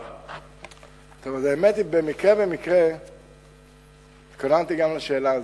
האמת היא שבמקרה-במקרה התכוננתי גם לשאלה הזו.